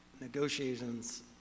negotiations